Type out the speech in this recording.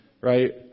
right